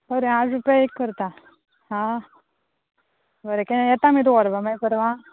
बरें आठ रुपया एक करता हां बरें गे येता मगे तूं व्हरपा मागी परवां